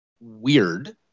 weird